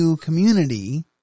community